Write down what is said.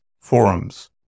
forums